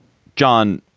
john.